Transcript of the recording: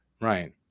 Right